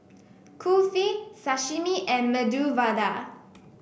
Kulfi Sashimi and Medu Vada